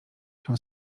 się